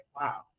wow